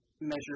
Measure